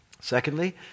secondly